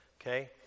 okay